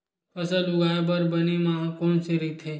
फसल उगाये बर बने माह कोन से राइथे?